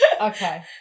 Okay